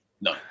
No